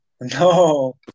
No